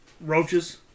roaches